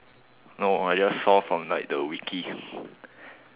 no I just saw from like the wiki